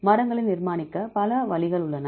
மரங்களை நிர்மாணிக்க பல வழிகள் உள்ளன